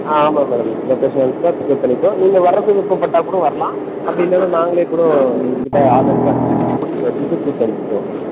ஆ ஆமாம் madam location அனுப்ச்சுட்டா pickup பண்ணிப்போம் நீங்கள் வர்றதுக்கு விருப்பப்பட்டால் கூட வரலாம் அப்படி இல்லைன்னா நாங்களே கூட எங்கக்கிட்டே ஆள் இருக்காங்க கூட்டிட்டு வந்துவிட்டு கூப்பிட்டு அனுப்பிடுவாங்க மேம்